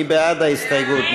מי בעד ההסתייגות?